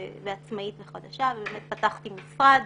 עצמאית וחדשה ובאמת פתחתי משרד